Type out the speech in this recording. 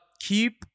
keep